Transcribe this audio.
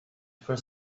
for